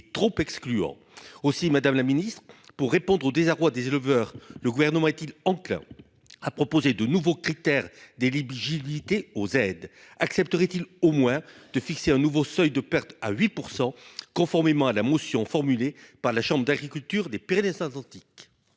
trop exclure aussi Madame la Ministre pour répondre au désarroi des éleveurs, le gouvernement est-t-il enclin. À proposer de nouveaux critères des Libye Judith et aux aides accepteraient-ils au moins de fixer un nouveau seuil de perte à 8%. Conformément à la motion formulée par la Chambre d'agriculture des Pyrénées-Atlantiques.